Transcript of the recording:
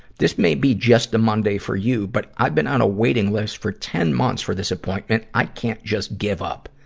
this may be just a monday for you, but i've been on a waiting list for ten months for this appointment. i can't just give up.